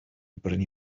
brynu